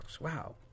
Wow